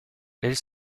elles